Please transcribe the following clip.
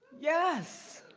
yes,